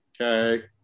okay